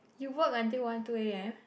you work until one two A_M